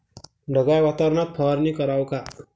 ढगाळ वातावरनात फवारनी कराव का?